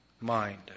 mind